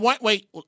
wait